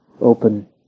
open